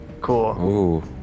cool